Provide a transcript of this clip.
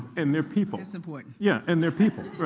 and they're people. that's important. yeah. and they're people,